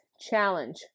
challenge